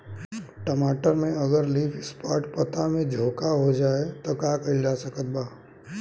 टमाटर में अगर लीफ स्पॉट पता में झोंका हो जाएँ त का कइल जा सकत बा?